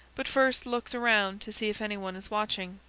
but first looks around to see if any one is watching.